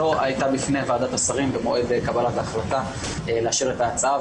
שלא הייתה בפני ועדת השרים במועד קבלת ההחלטה לאשר את ההצעה,